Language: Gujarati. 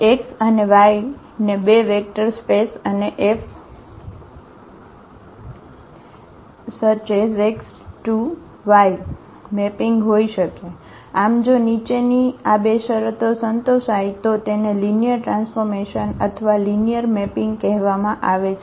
તેથી X અને Y ને બે વેક્ટર સ્પેસ અને FX→Y મેપિંગ હોઈ શકે આમ જો નીચેની આ બે શરતો સંતોષાય તો તેને લિનિયર ટ્રાન્સફોર્મેશન અથવા લિનિયર મેપિંગ કહેવામાં આવે છે